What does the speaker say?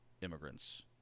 immigrants